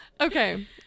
Okay